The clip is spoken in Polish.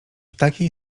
takiej